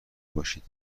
باشید